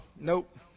Nope